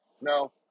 No